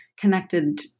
connected